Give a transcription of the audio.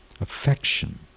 Affection